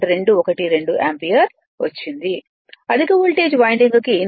212 ampere వచ్చింది అధిక voltage వైండింగ్కు no load input V1 Ic